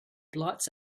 blots